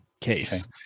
case